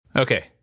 Okay